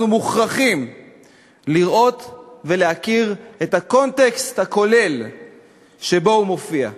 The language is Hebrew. אנחנו מוכרחים לראות ולהכיר את הקונטקסט הכולל שבו הוא מופיע.